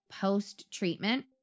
post-treatment